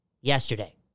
yesterday